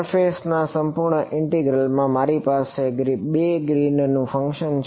surface ના સંપૂર્ણ ઇન્ટિગ્રલમાં મારી પાસે બે ગ્રીનનું ફંકશન છે